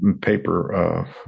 paper